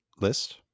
list